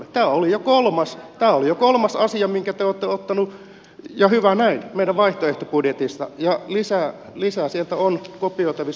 tämä oli jo kolmas asia minkä te olette ottaneet ja hyvä näin meidän vaihtoehtobudjetistamme ja lisää sieltä on kopioitavissa